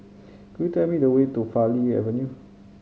could you tell me the way to Farleigh Avenue